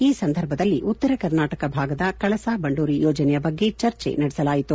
ಈ ಸಂದರ್ಭದಲ್ಲಿ ಉತ್ತರ ಕರ್ನಾಟಕ ಭಾಗದ ಕಳಸಾ ಬಂಡೂರಿ ಯೋಜನೆಯ ಬಗ್ಗೆ ಚರ್ಚೆ ನಡೆಸಲಾಯಿತು